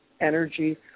energy